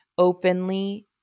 openly